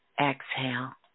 exhale